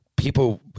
People